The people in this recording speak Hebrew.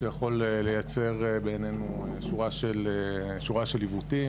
שיכול לייצר בעייננו שורה של עיוותים